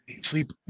sleep